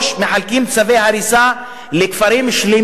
מחלקים צווי הריסה לכפרים שלמים,